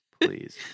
Please